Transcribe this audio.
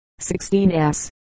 16S